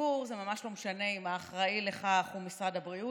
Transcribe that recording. לציבור זה ממש לא משנה אם האחראי לכך הוא משרד הבריאות,